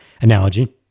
analogy